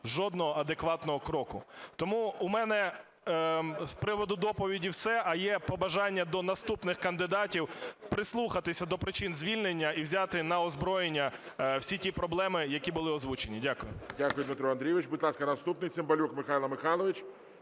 жодного адекватного кроку. Тому у мене з приводу доповіді все, а є побажання до наступних кандидатів прислухатися до причин звільнення і взяти на озброєння всі ті проблеми, які були озвучені. Дякую. ГОЛОВУЮЧИЙ. Дякую, Дмитро Андрійович. Будь ласка, наступний Цимбалюк Михайло Михайлович,